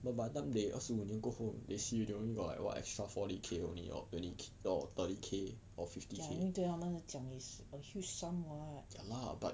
ya but 对他们来讲 it's a huge sum [what]